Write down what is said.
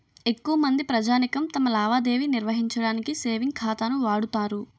ఎక్కువమంది ప్రజానీకం తమ లావాదేవీ నిర్వహించడానికి సేవింగ్ ఖాతాను వాడుతారు